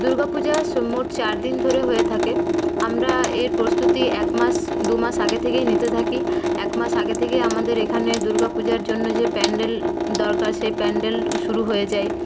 দুর্গা পূজা মোট চারদিন ধরে হয়ে থাকে আমরা এর প্রস্তুতি একমাস দুমাস আগে থেকেই নিতে থাকি একমাস আগে থেকেই আমাদের এইখানে দুর্গা পূজার জন্য যে প্যান্ডেল দরকার সেই প্যান্ডেল শুরু হয়ে যায়